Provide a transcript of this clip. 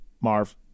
Marv